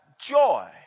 joy